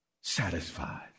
Satisfied